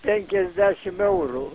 penkiasdešim eurų